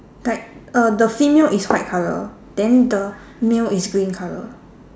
like uh the female is white colour then the male is green colour